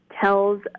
tells